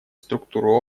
структуру